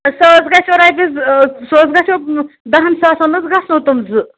سُہ حظ گژھوٕ رۄپیَس سُہ حظ گژھوٕ دَہَن ساسَن حظ گژھنو تِم زٕ